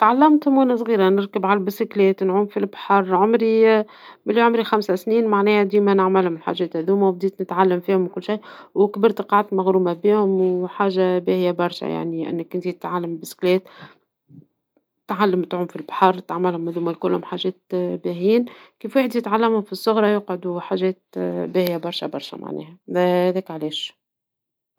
تعلمتهم وان صغيرة نركب على الدراجة نعوم في البحر من لي عمري خمس سنين ديما نعملهم الحاجات هذوما ، وكبرت قعدت مغرومة بهم وحاجة باهية برشا ، يعني أنك تتعلم ركوب الدراجة ، تتعلم تعوم في البحر ، تعملهم هذوما الكل ، حاجات باهيين ، الواحد يتعلمهم في الصغر يقعدوا حاجات باهيا برشا ، هذاك علاش.